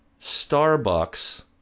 Starbucks